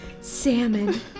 salmon